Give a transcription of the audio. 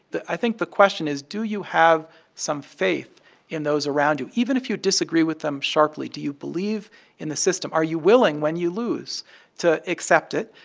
i think the question is do you have some faith in those around you. even if you disagree with them sharply, do you believe in the system? are you willing when you lose to accept it?